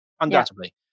Undoubtedly